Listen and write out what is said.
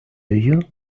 you